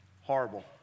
Horrible